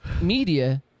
media